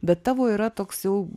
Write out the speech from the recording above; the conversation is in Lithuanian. bet tavo yra toks jau